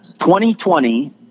2020